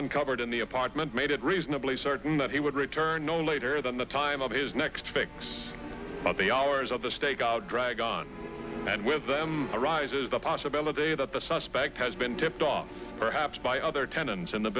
uncovered in the apartment made it reasonably certain that he would return no later than the time of his next fix the hours of the stakeout drag on and with them rises the possibility that the suspect has been tipped off perhaps by other tenants in the